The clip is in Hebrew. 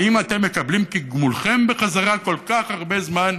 והאם אתם מקבלים כגמולכם בחזרה כל כך הרבה זמן